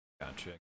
gotcha